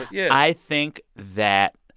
yeah i think that